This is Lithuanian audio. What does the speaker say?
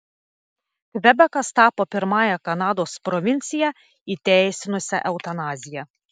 kvebekas tapo pirmąja kanados provincija įteisinusia eutanaziją